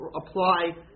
apply